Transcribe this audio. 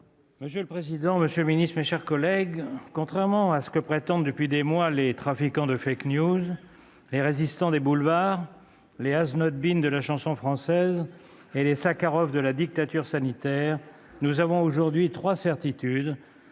Monsieur le président, monsieur le ministre, mes chers collègues, contrairement à ce que prétendent depuis des mois les trafiquants de, les résistants des boulevards, les de la chanson française et les Sakharov de la dictature sanitaire, nous avons aujourd'hui trois certitudes